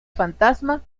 fantasma